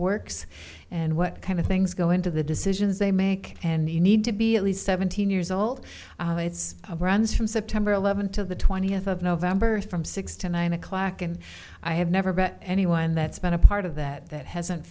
works and what kind of things go into the decisions they make and you need to be at least seventeen years old it's runs from september eleventh to the twentieth of november from six to nine o'clock and i have never met anyone that's been a part of that that hasn't